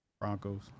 Broncos